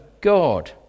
God